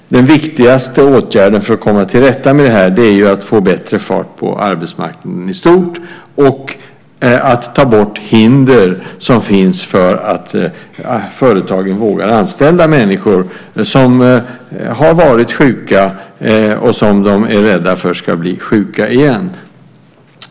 Den viktigaste åtgärden för att komma till rätta med detta är naturligtvis att få bättre fart på arbetsmarknaden i stort och att ta bort de hinder som finns för företagen så att de vågar anställa människor som varit sjuka i stället för att vara rädda för att de ska bli sjuka igen.